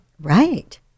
Right